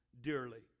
dearly